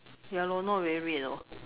ya lor not very weird hor